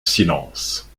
silence